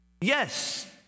Yes